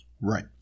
Right